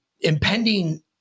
impending